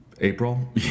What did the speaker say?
April